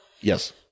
Yes